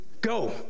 go